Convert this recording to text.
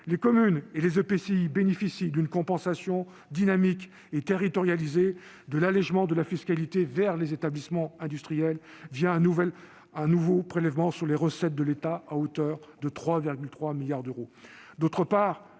Les communes et les EPCI bénéficient d'une compensation dynamique et territorialisée de l'allégement de la fiscalité sur les établissements industriels, un nouveau prélèvement sur les recettes de l'État, à hauteur de 3,3 milliards d'euros.